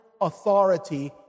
authority